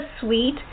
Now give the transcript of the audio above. sweet